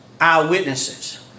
eyewitnesses